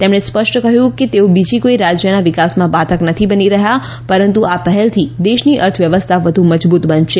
તેમણે સ્પષ્ટ કહ્યું કે તેઓ બીજી કોઇ રાજ્યના વિકાસમાં બાધક નથી બનતા પરંતુ આ પહેલથી દેશની અર્થવ્યવસ્થા વધુ મજબૂત બનશે